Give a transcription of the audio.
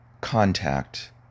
contact